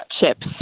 chips